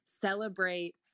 celebrate